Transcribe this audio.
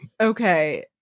Okay